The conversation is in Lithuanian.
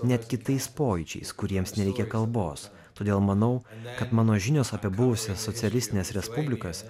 net kitais pojūčiais kuriems nereikia kalbos todėl manau kad mano žinios apie buvusias socialistines respublikas